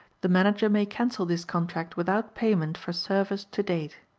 the manager may cancel this contract without payment for service to date.